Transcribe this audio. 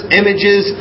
images